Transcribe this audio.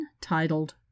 titled